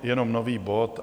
Jenom nový bod.